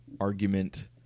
argument